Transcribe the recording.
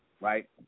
right